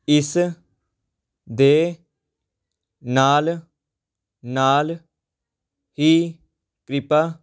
ਇਸ ਦੇ ਨਾਲ ਨਾਲ ਹੀ ਕਿਰਪਾ